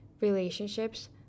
relationships